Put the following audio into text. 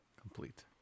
Complete